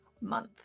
month